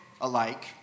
alike